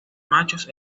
machos